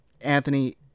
Anthony